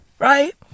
Right